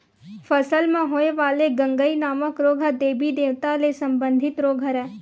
फसल म होय वाले गंगई नामक रोग ह देबी देवता ले संबंधित रोग हरय